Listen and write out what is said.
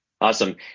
Awesome